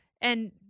And-